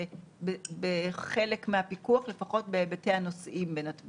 זה השיקול המרכזי.